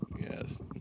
Yes